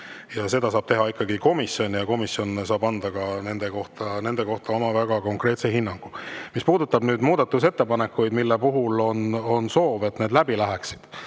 seda saab teha ikkagi komisjon. Komisjon saab anda nende kohta väga konkreetse hinnangu. Mis puudutab muudatusettepanekuid, mille puhul on soov, et need läbi läheksid,